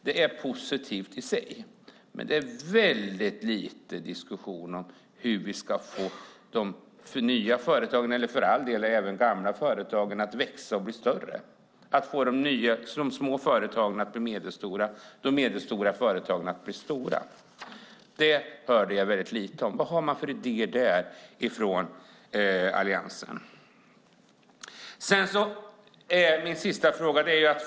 Det är positivt i sig, men det är väldigt lite diskussion om hur vi ska få de nya företagen, eller för all del även de gamla företagen, att växa och bli större, att få de små företagen att bli medelstora och de medelstora företagen att bli stora. Det hörde jag väldigt lite om. Vad har man för idéer där ifrån Alliansen? Min tredje fråga gäller innovationer.